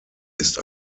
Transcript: ist